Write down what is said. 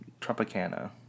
Tropicana